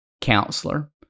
Counselor